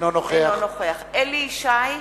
אינו נוכח אליהו ישי,